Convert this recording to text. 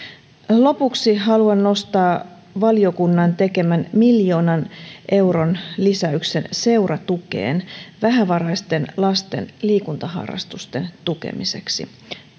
lopuksi haluan nostaa valiokunnan tekemän miljoonan euron lisäyksen seuratukeen vähävaraisten lasten liikuntaharrastusten tukemiseksi